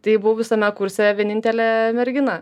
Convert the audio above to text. tai buvau visame kurse vienintelė mergina